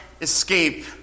escape